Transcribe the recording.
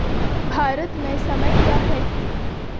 भारत में समय क्या है